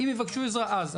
אם יבקשו עזרה אז,